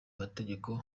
mategeko